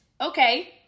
Okay